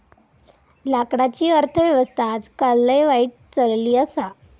लाकडाची अर्थ व्यवस्था आजकाल लय वाईट चलली आसा